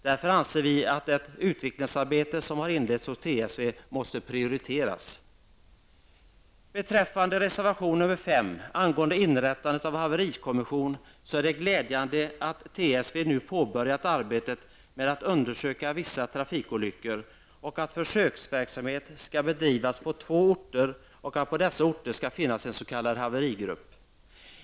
Därför anser vi att det utvecklingsarbete som inletts hos trafiksäkerhetsverket måste prioriteras. Beträffande reservation nr 5 angående inrättandet av en haverikommission är det glädjande att TSV nu har påbörjat arbetet med att undersöka vissa trafikolyckor, att försöksverksamhet skall bedrivas på två orter och att det på dessa orter skall finnas en s.k. haverigrupp.